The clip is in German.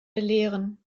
belehren